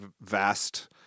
vast